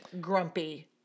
grumpy